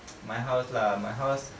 my house lah my house